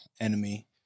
enemy